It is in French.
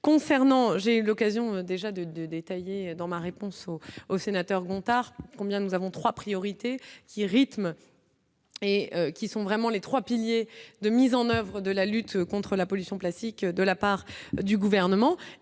j'ai eu l'occasion déjà de détailler dans ma réponse au au sénateur Gontard combien nous avons 3 priorités qui rythme et qui sont vraiment les 3 piliers de mise en oeuvre de la lutte contre la pollution plastique de la part du gouvernement,